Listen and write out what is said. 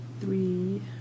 three